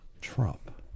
Trump